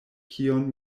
kion